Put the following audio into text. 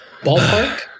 Ballpark